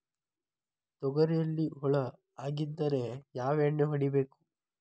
ತೊಗರಿಯಲ್ಲಿ ಹುಳ ಆಗಿದ್ದರೆ ಯಾವ ಎಣ್ಣೆ ಹೊಡಿಬೇಕು?